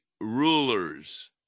rulers